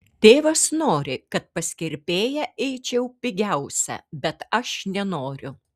tėvas nori kad pas kirpėją eičiau pigiausia bet aš nenoriu